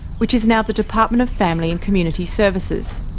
which is now the department of family and community services.